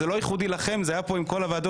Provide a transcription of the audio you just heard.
זה לא ייחודי לכם, זה היה עם כל הוועדות.